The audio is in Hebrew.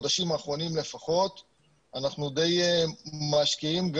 בחודשים האחרונים לפחות אנחנו די משקיעים,